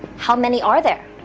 how many are there?